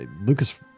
Lucas